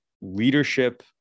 leadership